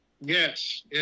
Yes